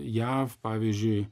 jav pavyzdžiui